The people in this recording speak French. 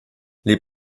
les